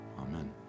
Amen